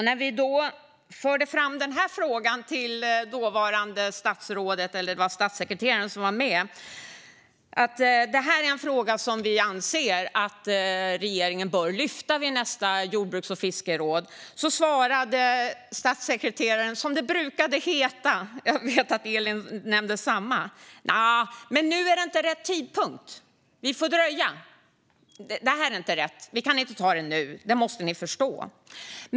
När vi framförde till dåvarande statsrådet, eller till statssekreteraren som var med, att detta är en fråga som vi anser att regeringen bör lyfta vid nästa möte i jordbruks och fiskerådet svarade statssekreteraren - jag vet att Elin nämnde samma sak - som det brukade heta: Nja, nu är inte rätt tidpunkt; vi får dröja. Det här är inte rätt; vi kan inte ta det nu. Det måste ni förstå.